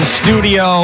studio